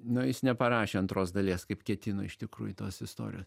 nu jis neparašė antros dalies kaip ketino iš tikrųjų tos istorijos